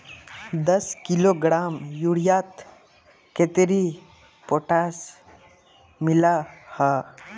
दस किलोग्राम यूरियात कतेरी पोटास मिला हाँ?